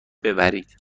ببرید